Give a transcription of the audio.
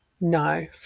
No